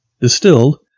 distilled